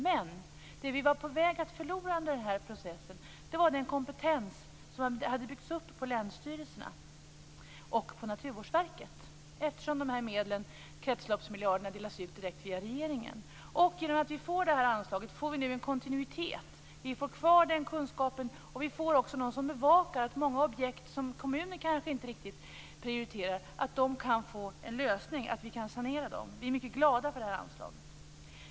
Men det vi var på väg att förlora under den här processen var den kompetens som hade byggts upp på länsstyrelserna och på Naturvårdsverket, eftersom kretsloppsmiljarderna delades ut direkt via regeringen. Genom att vi får det här anslaget får vi nu en kontinuitet. Vi får kvar den kunskapen, och vi får också någon som bevakar att många objekt som kommunen kanske inte riktigt prioriterar kan saneras. Vi är mycket glada för det här anslaget.